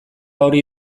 hori